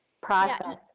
process